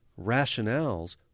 rationales